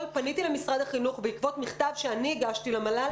פניתי למשרד החינוך בעקבות מכתב שאני הגשתי למל"ל,